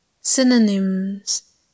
Synonyms